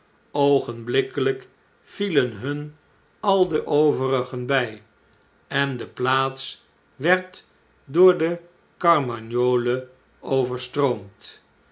vielen hun al de overigen by en de plaats'werd door de carmagnole overstroomd